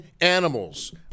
animals